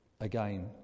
again